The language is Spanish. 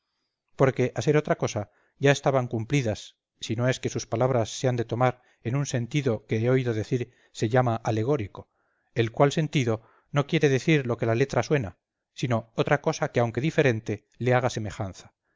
porque a ser otra cosa ya estaban cumplidas si no es que sus palabras se han de tomar en un sentido que he oído decir se llama algórico el cual sentido no quiere decir lo que la letra suena sino otra cosa que aunque diferente le haga semejanza